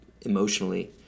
emotionally